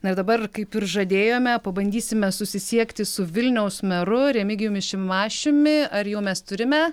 na ir dabar kaip ir žadėjome pabandysime susisiekti su vilniaus meru remigijumi šimašiumi ar jau mes turime